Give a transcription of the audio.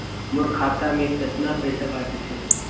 मोर खाता मे कतना पइसा बाचिस हे?